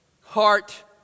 heart